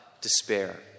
despair